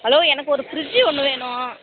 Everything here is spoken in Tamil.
ஹலோ எனக்கு ஒரு ஃப்ரிட்ஜ்ஜி ஒன்று வேணும்